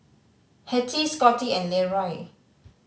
Hettie Scotty and Leroy